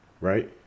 Right